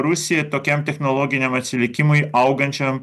rusija tokiam technologiniam atsilikimui augančiam